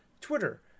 Twitter